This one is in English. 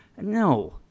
No